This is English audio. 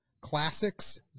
classics